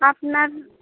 আপনার